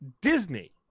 disney